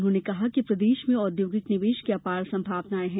उन्होंने कहा है कि प्रदेश में औद्योगिक निवेश की अपार संभावनाएं है